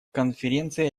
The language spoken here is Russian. конференция